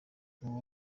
uwo